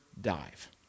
dive